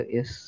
Yes